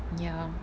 ya